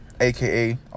AKA